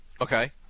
Okay